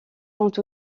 compte